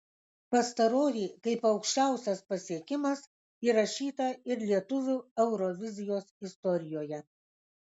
pastaroji kaip aukščiausias pasiekimas įrašyta ir lietuvių eurovizijos istorijoje